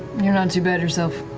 you're not too bad yourself.